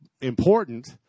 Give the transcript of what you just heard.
important